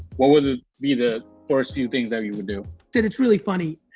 what would be the first few things that you would do? sid, it's really funny,